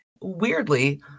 weirdly